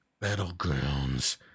battlegrounds